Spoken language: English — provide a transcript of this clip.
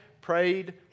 prayed